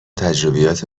تجربیات